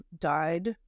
died